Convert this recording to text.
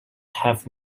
have